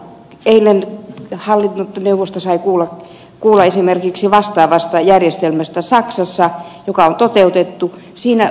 eilen hallintoneuvosto sai esimerkiksi kuulla vastaavasta järjestelmästä joka on toteutettu saksassa